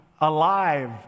alive